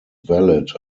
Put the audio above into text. valid